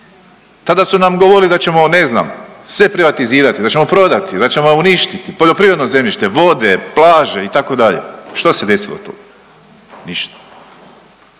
Tada su nam govorili da ćemo ne znam sve privatizirati, da ćemo prodati, da ćemo uništiti poljoprivredno zemljište, vode, plaže itd. Što se desilo tu? Ništa.